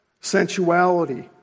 sensuality